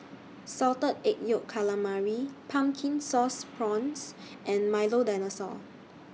Salted Egg Yolk Calamari Pumpkin Sauce Prawns and Milo Dinosaur